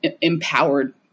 empowered